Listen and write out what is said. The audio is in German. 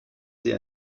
sie